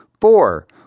Four